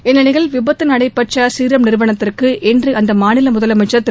இந்நிலையில் விபத்து நடைபெற்ற சீரம் நிறுவனத்திற்கு இன்று அந்த மாநில முதலமைச்சர் திரு